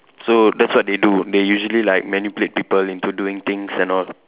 so that's what they do they usually like manipulate people into doing things and all